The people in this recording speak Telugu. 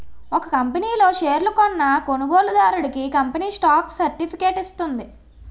ఒక కంపనీ లో షేర్లు కొన్న కొనుగోలుదారుడికి కంపెనీ స్టాక్ సర్టిఫికేట్ ఇస్తుంది